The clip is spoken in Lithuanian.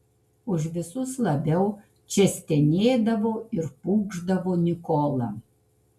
už visus labiau čia stenėdavo ir pūkšdavo nikola